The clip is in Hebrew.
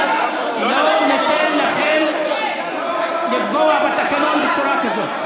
לא ניתן לכם לפגוע בתקנון בצורה כזאת.